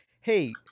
Hey